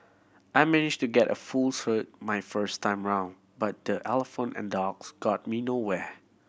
I managed to get a full cert my first time round but the Elephant and Dogs got me nowhere